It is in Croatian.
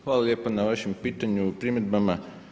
Hvala lijepo na vašem pitanju i primjedbama.